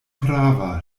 prava